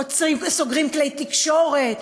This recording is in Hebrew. סוגרים כלי תקשורת.